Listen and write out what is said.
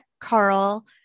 Carl